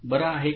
बरं आहे का